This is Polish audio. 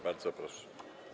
Bardzo proszę.